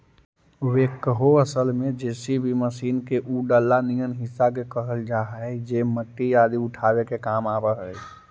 backhoe असल में JCB machine के उ डला निअन हिस्सा के कहल जा हई जे मट्टी आदि उठावे के काम आवऽ हई